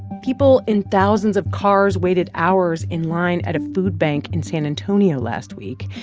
people in thousands of cars waited hours in line at a food bank in san antonio last week.